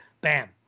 bam